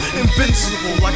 invincible